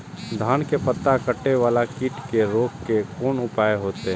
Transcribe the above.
धान के पत्ता कटे वाला कीट के रोक के कोन उपाय होते?